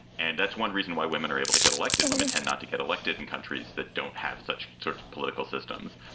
and that's one reason why women are able to get elected. women tend not to get elected in countries that don't have such sort of political systems.